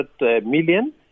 million